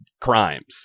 crimes